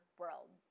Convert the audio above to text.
world